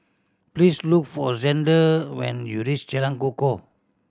please look for Xander when you reach Jalan Kukoh